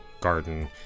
garden